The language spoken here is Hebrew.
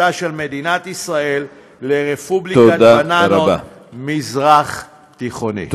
מדינת ישראל לרפובליקת בננות מזרח תיכונית.